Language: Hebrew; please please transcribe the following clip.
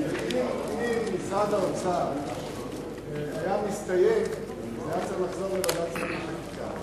ואם משרד האוצר היה מסתייג זה היה צריך לחזור לוועדת שרים לחקיקה.